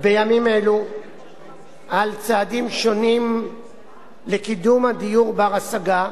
בימים אלו על צעדים שונים לקידום דיור בר-השגה,